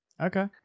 Okay